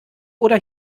oder